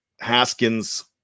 haskins